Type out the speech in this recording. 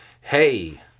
Hey